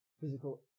physical